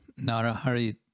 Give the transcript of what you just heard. Narahari